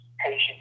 Patient